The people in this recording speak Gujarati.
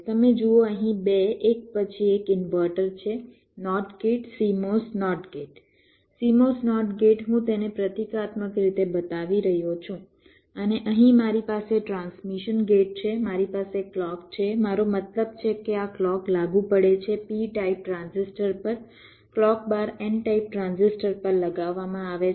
તમે જુઓ અહીં બે એક પછી એક ઇન્વર્ટર છે NOT gate CMOS NOT gate CMOS NOT gate હું તેને પ્રતીકાત્મક રીતે બતાવી રહ્યો છું અને અહીં મારી પાસે ટ્રાન્સમિશન ગેટ છે મારી પાસે ક્લૉક છે મારો મતલબ છે કે આ ક્લૉક લાગુ પડે છે p ટાઇપ ટ્રાન્ઝિસ્ટર પર clock bar n type transistor પર લગાવવામાં આવે છે